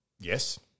Yes